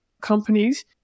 companies